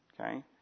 Okay